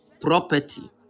Property